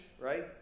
right